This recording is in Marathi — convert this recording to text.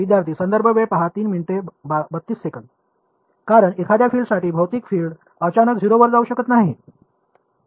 कारण एखाद्या फील्डसाठी भौतिक फील्ड अचानक 0 वर जाऊ शकत नाही